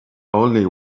only